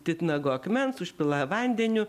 titnago akmens užpila vandeniu